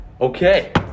okay